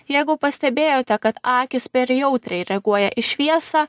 jeigu pastebėjote kad akys per jautriai reaguoja į šviesą